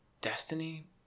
destiny